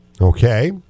Okay